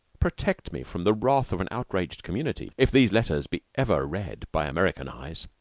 protect me from the wrath of an outraged community if these letters be ever read by american eyes!